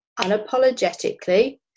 unapologetically